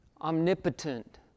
Omnipotent